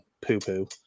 poo-poo